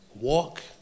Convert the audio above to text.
Walk